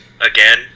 Again